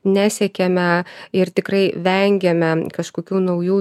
nesiekiame ir tikrai vengiame kažkokių naujų